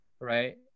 right